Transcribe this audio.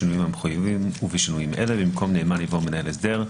אלה בשינויים המחויבים ובשינוים אלה: במקום נאמן יבוא מנהל הסדר.